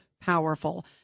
powerful